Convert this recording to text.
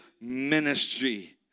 ministry